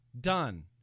done